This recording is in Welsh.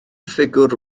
ffigwr